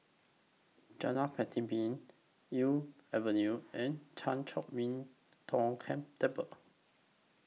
Jalan Elm Avenue and Chan Chor Min Tong Ken Temple